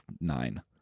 nine